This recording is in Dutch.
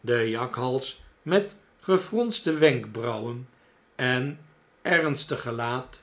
de jakhals met gefronste wenkbrauwen en ernstig gelaat